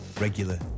regular